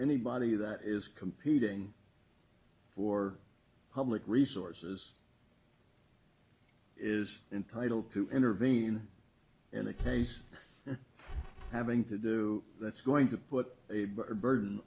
anybody that is competing for public resources is entitled to intervene in a case having to do that's going to put a burden